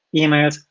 emails,